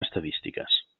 estadístiques